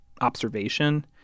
observation